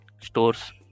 stores